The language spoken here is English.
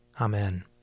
Amen